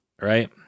right